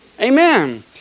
Amen